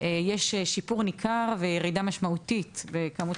יש שיפור ניכר וירידה משמעותית בכמות